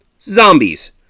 zombies